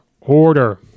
order